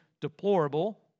deplorable